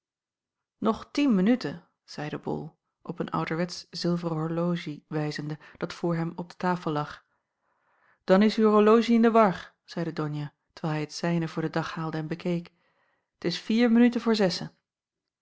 nog tien minuten zeide bol op een ouderwetsch zilveren horologie wijzende dat voor hem op de tafel lag dan is uw horologie in de war zeide donia terwijl hij het zijne voor den dag haalde en bekeek t is vier minuten voor zessen